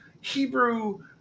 Hebrew